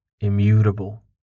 Immutable